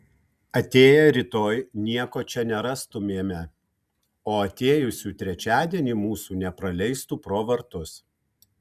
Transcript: atėję rytoj nieko čia nerastumėme o atėjusių trečiadienį mūsų nepraleistų pro vartus